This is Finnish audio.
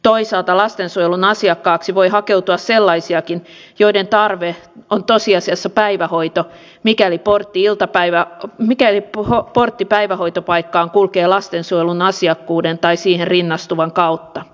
toisaalta lastensuojelun asiakkaaksi voi hakeutua sellaisiakin joiden tarve on tosiasiassa päivähoito mikäli portti päivähoitopaikkaan kulkee lastensuojelun asiakkuuden tai siihen rinnastuvan kautta